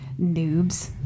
noobs